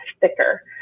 thicker